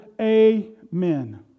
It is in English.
Amen